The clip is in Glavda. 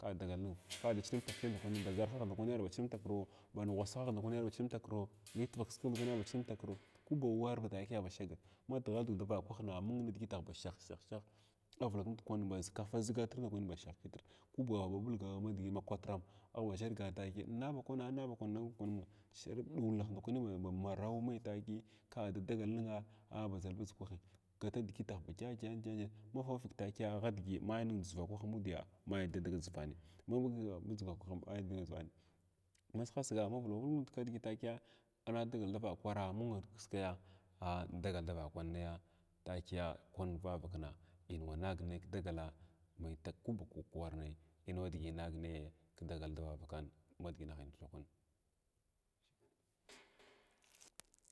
Ka dagal ninghs ka da cina amtak ning da kwani ba ʒarhagh ndakwani archng amtakro baʒ ngwasahagh ndakwani archinga umtakro lihvigh kiskigh ndakwani archinga umtakro ku ba war ba takiya ba shagir ma dighal dig davakwahna amung nidigitah ba shah shah shah shah avulak nud baʒ kafa ʒigatr ndakwani ba shah kitr ku bawa ba ɓulga ha digin ma kwatram aghba ʒhargan takiya ina bakwana inna bakwan bakwan ɗulah ndakwani ba maraw mai takiya ka da dagal ningha ah badʒal badʒig wahin, gatu dugutah ba dyədyan badyən mafugha fug takiya agh digi maining dʒivakwahya mudiya mai nidada dʒivgani ma mung li dʒiva ma ndʒigani ma vulakak vulg nud kidigi takiya ana dagal davakwara ama anud kiskaya gh indagal davakwan naya takiya kwan vavakna in wan nangnay kdagala mai tag kuba ku kuwar nayi in wa digi nag naye kdagal dawavakan ma diginin kyəkun.